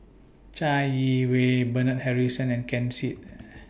Chai Yee Wei Bernard Harrison and Ken Seet